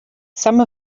some